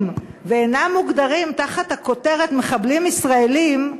ואינם מוגדרים תחת הכותרת "מחבלים ישראלים",